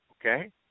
Okay